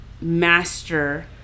master